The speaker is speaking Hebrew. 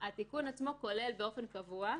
התיקון עצמו כולל באופן קבוע,